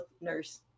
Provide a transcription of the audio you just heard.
nurse